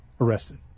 arrested